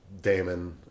Damon